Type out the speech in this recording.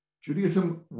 Judaism